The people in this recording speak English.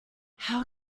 how